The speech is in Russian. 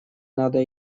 надо